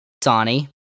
Donnie